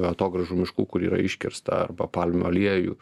atogrąžų miškų kur yra iškirsta arba palmių aliejų